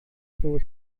itu